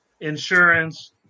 insurance